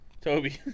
Toby